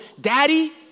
Daddy